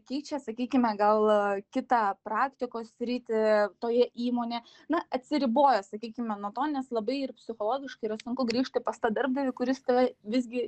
keičia sakykime gal kitą praktikos sritį toje įmonė na atsiriboja sakykime nuo to nes labai ir psichologiškai yra sunku grįžti pas tą darbdavį kuris tave visgi